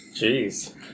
Jeez